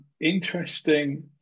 Interesting